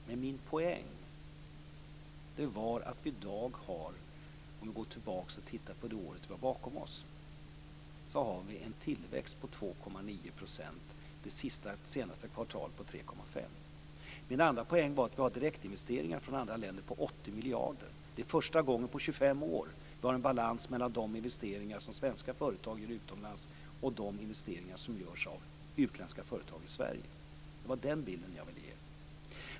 Men min poäng var att vi i dag, om vi går tillbaka och tittar på det år vi har bakom oss, har en tillväxt på 2,9 % och det senaste kvartalet på 3,5 %. Min andra poäng var att vi har direktinvesteringar från andra länder på 80 miljarder kronor. Det är första gången på 25 år som vi har en balans mellan de investeringar som svenska företag gör utomlands och de investeringar som görs av utländska företag i Sverige. Det var den bilden jag ville ge.